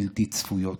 בלתי צפויות.